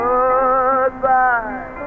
Goodbye